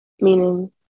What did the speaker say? meaning